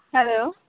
hello